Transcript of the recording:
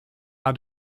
are